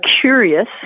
curious